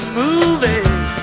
movie